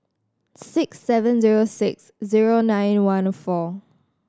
six seven zero six zero nine one four